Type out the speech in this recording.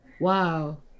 Wow